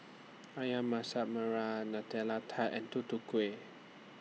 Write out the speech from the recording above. Ayam Masak Merah Nutella Tart and Tutu Kueh